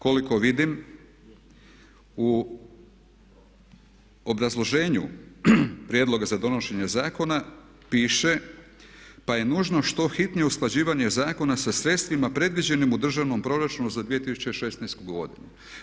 Koliko vidim u obrazloženju prijedloga za donošenje zakona piše, pa je nužno što hitnije usklađivanje zakona sa sredstvima predviđenim u državnom proračunu za 2016. godinu.